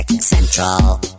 central